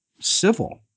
civil